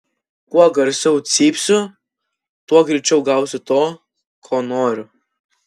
kuo garsiau cypsiu tuo greičiau gausiu to ko noriu